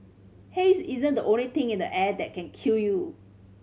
haze isn't the only thing in the air that can kill you